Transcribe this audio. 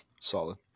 solid